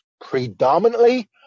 predominantly